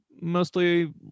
mostly